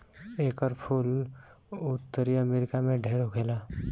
एकर फूल उत्तरी अमेरिका में ढेर होखेला